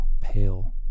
pale